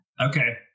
okay